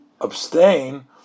abstain